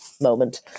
moment